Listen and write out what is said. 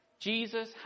Jesus